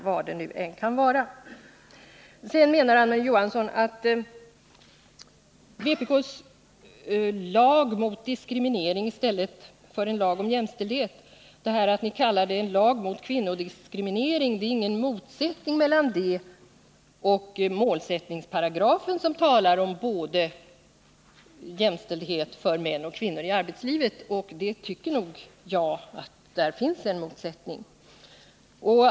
Marie-Ann Johansson pekar vidare på att det i rubriken till vpk:s lag heter ”Lag om kvinnodiskriminering”, inte ”Lag om jämställdhet”, men framhål ler att det inte är någon motsättning mellan vpk:s rubrik och målsättnings Nr 52 paragrafen, där det talas om jämställdhet både för kvinnor och för män i Torsdagen den arbetslivet. Jag tycker nog att det finns en sådan motsättning.